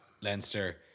Leinster